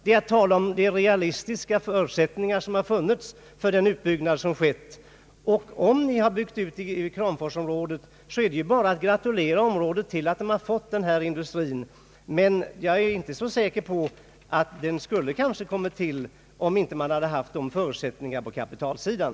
Det är att tala om de realistiska förutsättningar som har funnits för den utbyggnad som skett. Om ni byggt ut i Kramforsområdet, är det bara att gratulera till att ha fått denna industri, men jag är inte så säker på att den kommit till om man inte haft förutsättningarna på kapitalsidan.